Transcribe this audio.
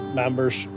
members